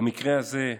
במקרה הזה,